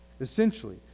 essentially